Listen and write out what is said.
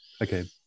okay